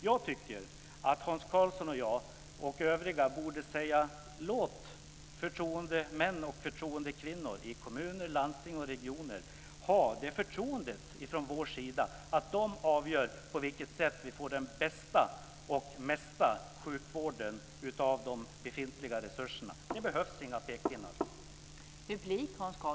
Jag tycker att Hans Karlsson och jag liksom övriga borde säga: Låt förtroendemän och förtroendekvinnor i kommuner, landsting och regioner få förtroendet från vår sida att avgöra på vilket sätt vi får den bästa och mesta sjukvården av de befintliga resurserna. Det behövs inga pekpinnar.